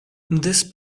this